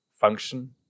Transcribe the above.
function